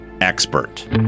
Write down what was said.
expert